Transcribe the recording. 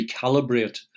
recalibrate